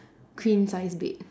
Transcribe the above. queen sized bed